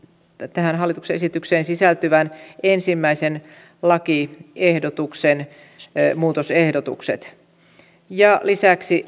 tähän hallituksen esitykseen sisältyvän ensimmäisen lakiehdotuksen muutosehdotukset lisäksi